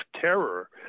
terror